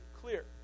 clear